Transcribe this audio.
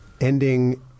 ending